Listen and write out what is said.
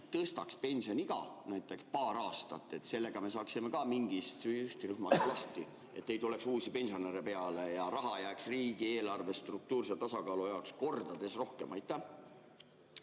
tõstaks pensioniiga paar aastat. Sellega me saaksime ka mingist sihtrühmast lahti, et ei tuleks uusi pensionäre peale ja raha jääks riigieelarve struktuurse tasakaalu jaoks kordades rohkem.